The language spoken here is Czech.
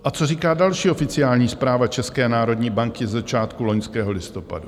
A co říká další oficiální zpráva České národní banky ze začátku loňského listopadu?